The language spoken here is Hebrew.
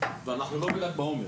ואנחנו לא בל"ג בעומר.